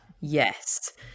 Yes